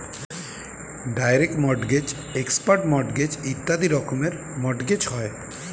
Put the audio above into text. direct mortgage, expert mortgage ইত্যাদি রকমের mortgage হয়